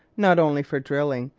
not only for drilling,